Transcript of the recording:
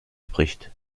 spricht